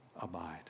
abide